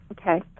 Okay